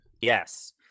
Yes